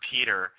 Peter